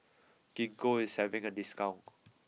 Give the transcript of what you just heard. gingko is having a discount